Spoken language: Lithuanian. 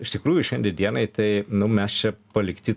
iš tikrųjų šiandie dienai tai nu mes čia palikti